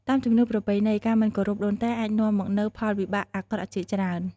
តាមជំនឿប្រជាប្រិយ ការមិនគោរពដូនតាអាចនាំមកនូវផលវិបាកអាក្រក់ជាច្រើន។